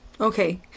Okay